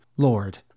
Lord